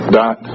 dot